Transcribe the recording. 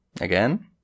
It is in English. Again